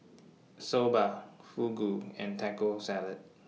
Soba Fugu and Taco Salad